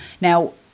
Now